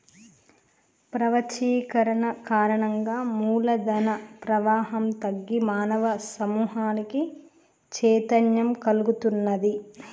ప్రపంచీకరణ కారణంగా మూల ధన ప్రవాహం తగ్గి మానవ సమూహానికి చైతన్యం కల్గుతున్నాది